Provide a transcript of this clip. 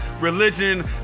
religion